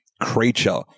creature